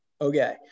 okay